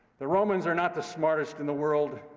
the romans are not the smartest in the world.